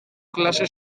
klase